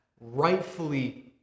rightfully